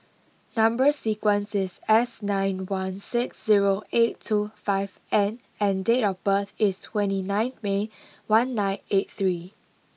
number sequence is S nine one six zero eight two five N and date of birth is twenty nine May one nine eight three